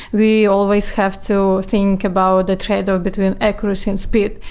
we always have to think about the tradeoff between accuracy and speed.